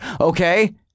Okay